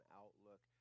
outlook